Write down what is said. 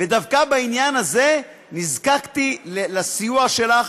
ודווקא בעניין הזה נזקקתי לסיוע שלך,